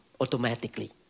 automatically